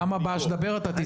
פעם הבאה שתדבר אתה תצא החוצה.